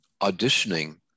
auditioning